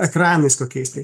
ekranais kokiais tai